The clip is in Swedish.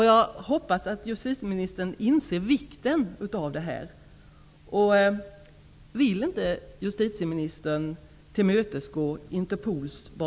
Jag hoppas att justitieministern inser vikten av detta.